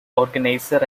organizer